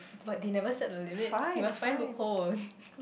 but they never set the limit you must find loopholes